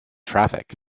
traffic